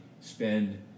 spend